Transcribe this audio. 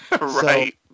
Right